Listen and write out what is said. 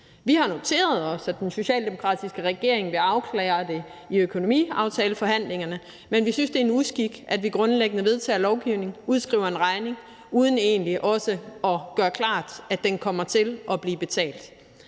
Vi har noteret os, at den socialdemokratiske regering vil afklare det i økonomiaftaleforhandlingerne, men vi synes, at det er en uskik, at vi grundlæggende vedtager lovgivning og udskriver en regning uden egentlig også at gøre det klart, at den kommer til at blive betalt.